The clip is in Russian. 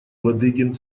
ладыгин